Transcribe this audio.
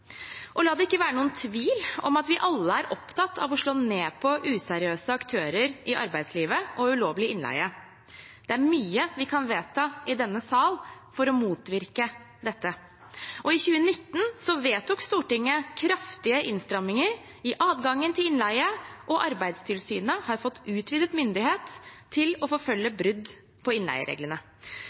La det ikke være noen tvil om at vi alle er opptatt av å slå ned på useriøse aktører i arbeidslivet og ulovlig innleie. Det er mye vi kan vedta i denne sal for å motvirke dette. I 2019 vedtok Stortinget kraftige innstramminger i adgangen til innleie, og Arbeidstilsynet har fått utvidet myndighet til å forfølge brudd på innleiereglene.